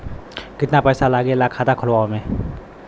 कितना पैसा लागेला खाता खोलवावे में?